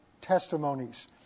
testimonies